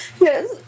Yes